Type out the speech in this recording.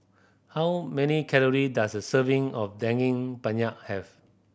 how many calorie does a serving of Daging Penyet have